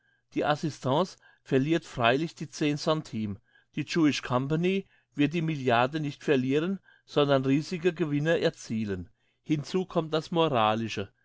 die assistance verliert freilich die zehn centimes die jewish company wird die milliarde nicht verlieren sondern riesige gewinne erzielen hinzu kommt das moralische